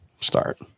Start